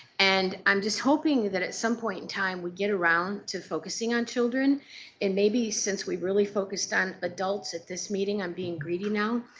and am just hoping that at some point in time we get around to focusing on children and maybe since we really focused on adults at this meeting, i am being greedy now,